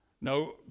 No